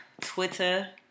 Twitter